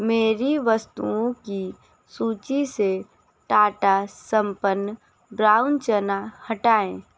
मेरी वस्तुओं की सूची से टाटा संपन्न ब्राउन चना हटाएँ